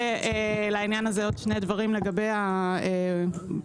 ועוד שני דברים לגבי בקר,